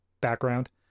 background